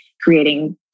creating